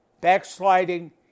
Backsliding